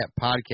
podcast